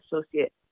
Associate